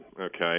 okay